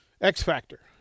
X-Factor